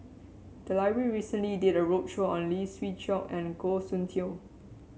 the library recently did a roadshow on Lee Siew Choh and Goh Soon Tioe